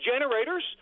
generators